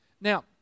Now